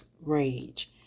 rage